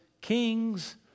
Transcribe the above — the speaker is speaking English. kings